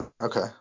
Okay